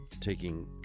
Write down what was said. taking